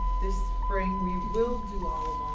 this spring we will do all of